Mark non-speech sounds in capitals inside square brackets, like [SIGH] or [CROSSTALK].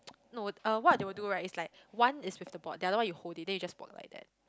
[NOISE] no uh what they will do right is like one is with the board the another one you hold it then you just board like that